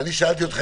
אבל אני שאלתי אתכם